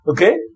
Okay